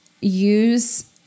use